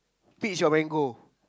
peach or mango